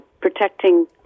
protecting